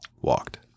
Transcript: walked